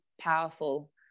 powerful